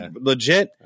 legit